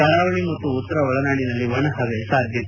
ಕರಾವಳಿ ಮತ್ತು ಉತ್ತರ ಒಳನಾಡಿನಲ್ಲಿ ಒಣಹವೆ ಸಾಧ್ಯತೆ